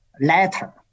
letter